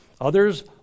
Others